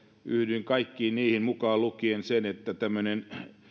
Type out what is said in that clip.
yhdyn kaikkiin näihin mukaan lukien siihen että miksi tämmöinen